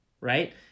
right